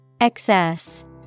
Excess